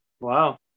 Wow